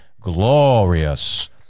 glorious